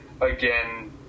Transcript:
again